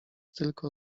tylko